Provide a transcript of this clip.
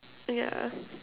yeah